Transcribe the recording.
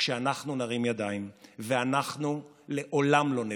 כשאנחנו נרים ידיים, ואנחנו לעולם לא נוותר.